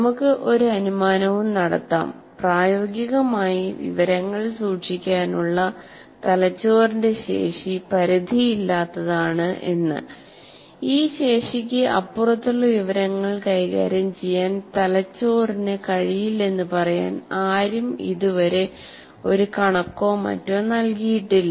നമുക്ക് ഒരു അനുമാനവും നടത്താം പ്രായോഗികമായി വിവരങ്ങൾ സൂക്ഷിക്കാനുള്ള തലച്ചോറിന്റെ ശേഷി പരിധിയില്ലാത്തതാണ് എന്ന് ഈ ശേഷിക്ക് അപ്പുറത്തുള്ള വിവരങ്ങൾ കൈകാര്യം ചെയ്യാൻ തലച്ചോറിന് കഴിയില്ലെന്ന് പറയാൻ ആരും ഇതുവരെ ഒരു കണക്കോ മറ്റോ നൽകിയിട്ടില്ല